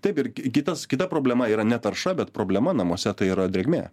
taip ir kitas kita problema yra ne tarša bet problema namuose tai yra drėgmė